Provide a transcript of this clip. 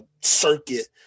circuit